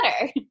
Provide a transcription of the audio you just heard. better